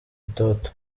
itoto